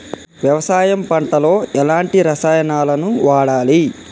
వ్యవసాయం పంట లో ఎలాంటి రసాయనాలను వాడాలి?